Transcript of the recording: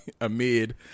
amid